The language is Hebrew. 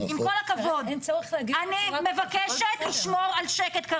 אני מבקשת לשמור על שקט,